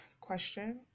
question